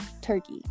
turkey